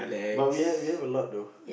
but we have we have a lot though